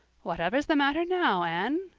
whatever's the matter now, anne?